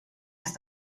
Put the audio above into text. ist